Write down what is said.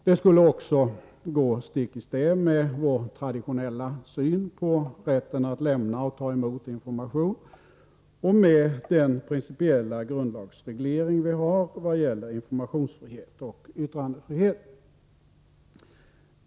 Detta skulle också gå stick i stäv med vår traditionella syn på rätten att lämna och ta emot information och med den principiella grundlagsreglering vi har vad gäller informationsfrihet och yttrandefrihet.